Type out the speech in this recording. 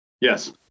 Yes